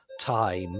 Time